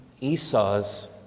Esau's